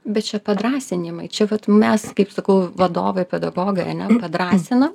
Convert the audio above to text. bet čia padrąsinimai čia vat mes kaip sakau vadovai pedagogai ane padrąsinam